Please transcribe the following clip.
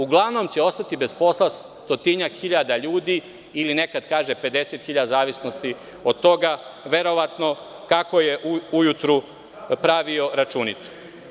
Uglavnom će ostati bez posla stotinak hiljada ljudi ili nekad kaže 50.000, zavisno od toga verovatno kako je ujutru pravio računicu.